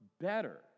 better